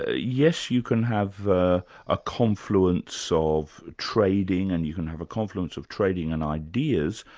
ah yes, you can have a ah confluence so of trading and you can have a confluence of trading and ideas,